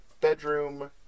bedroom